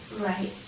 Right